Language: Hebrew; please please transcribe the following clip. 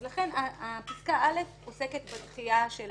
אז לכן פיסקה (א) עוסקת בדחייה של